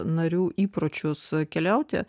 narių įpročius keliauti